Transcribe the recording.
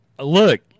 Look